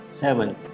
Seven